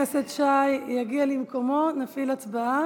הצבעה.